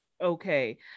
Okay